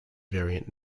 variant